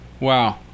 Wow